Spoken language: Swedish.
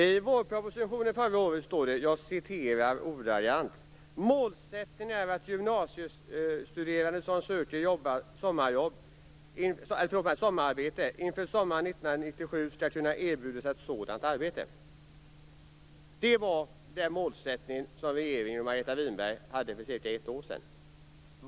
Fru talman! I förra årets vårproposition heter det: "Målsättningen är att gymnasiestuderande som söker sommararbete inför sommaren 1997 skall kunna erbjudas ett sådant arbete." Det var den målsättning som regeringen och Margareta Winberg hade för cirka ett år sedan.